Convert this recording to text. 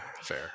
Fair